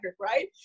right